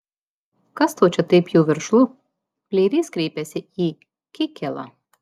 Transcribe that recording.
kas tau čia taip jau veržlu pleirys kreipėsi į kikėlą